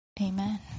Amen